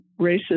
racist